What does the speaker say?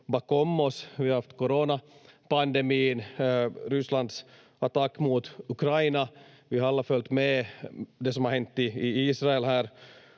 bakom oss. Vi har haft coronapandemin, Rysslands attack mot Ukraina, vi har alla följt med det som har hänt i Israel